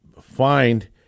find